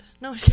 no